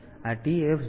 તેથી આ TF 0 bit છે